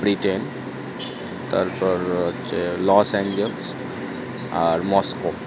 Britain তারপর হচ্ছে Los Angeles আর মস্কো